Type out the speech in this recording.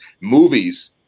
Movies